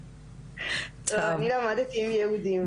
אני למדתי עם יהודים.